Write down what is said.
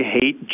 hate